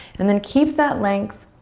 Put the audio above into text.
and then keep that length,